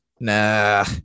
Nah